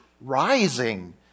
rising